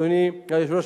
אדוני היושב-ראש,